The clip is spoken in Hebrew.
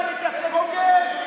עוכר ישראל, פושע מנוול, בוגד.